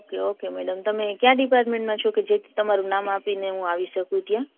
okay okay madam તમે કયા ડિપાર્ટમેન્ટમાં છો કે જેથી તમારું નામ આપીને હું આવી શકું ત્યાં